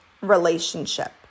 relationship